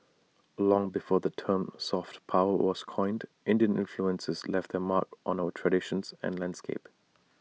long before the term soft power was coined Indian influences left their mark on our traditions and landscape